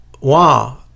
wow